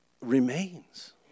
remains